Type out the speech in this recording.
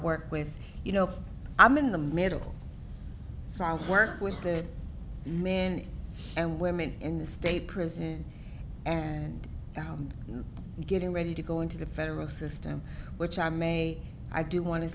work with you know i'm in the middle solve work with the men and women in the state prison and down and getting ready to go into the federal system which i may i do want to